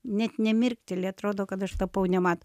net nemirkteli atrodo kad aš tapau nemato